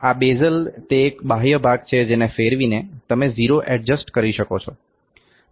આ બેઝલ તે એક બાહ્ય ભાગ છે જેને ફેરવીને તમે 0 એડજસ્ટ કરી શકો છો